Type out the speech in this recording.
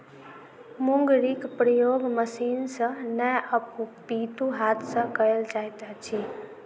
मुंगरीक प्रयोग मशीन सॅ नै अपितु हाथ सॅ कयल जाइत अछि